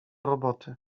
roboty